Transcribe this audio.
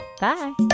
bye